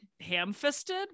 ham-fisted